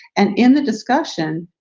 and in the discussion,